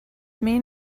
main